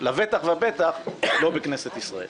לבטח ובטח לא בכנסת ישראל.